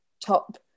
top